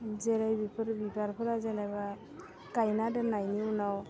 जेरै बिफोर बिबारफोरा जेन'बा गाइना दोन्नायनि उनाव